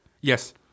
yes